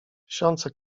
tysiące